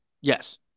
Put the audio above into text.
Yes